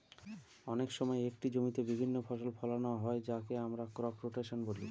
অনেক সময় একটি জমিতে বিভিন্ন ফসল ফোলানো হয় যাকে আমরা ক্রপ রোটেশন বলি